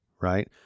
right